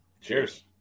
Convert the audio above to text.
Cheers